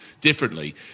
differently